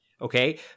Okay